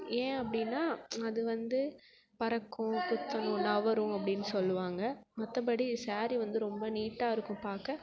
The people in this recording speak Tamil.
ஏன் அப்படின்னா அது வந்து பறக்கும் குத்தும் நகரும் அப்படின்னு சொல்லுவாங்க மற்றபடி ஸாரி வந்து ரொம்ப நீட்டாக இருக்கும் பார்க்க